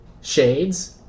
Shades